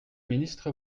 ministre